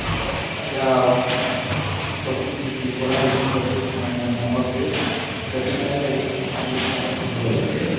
ଯାହା ସବୁ କିଛି କୁହା ହେଇଛି ସବୁ ମାନେ ମ୍ୟାଣ୍ଡଟୋରି ସେଥିପାଇଁ ସେହି ବୁକଟା ମୋତେ ଭଲ ଲାଗେ